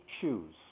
choose